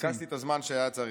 ביקשתי את הזמן שהיה צריך.